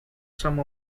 some